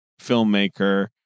filmmaker